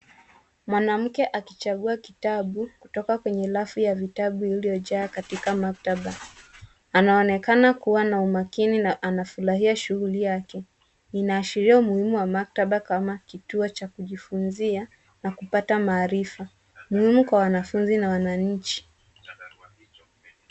Mwanamke akichagua kitabu kutoka kwenye rafu ya vitabu vilivyojaa katika maktaba. Anaonekana kuwa na umakini na anafurahia shughuli yake. Inaashiria umuhimu wa maktaba kama kituo cha kujifunzia na kupata maarifa muhimu kwa wanafunzi na wananchi.